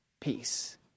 peace